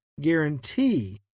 guarantee